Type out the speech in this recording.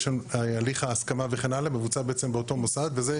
הליך ההסכמה וכן הלאה מבוצע בעצם באותו מוסד וזה,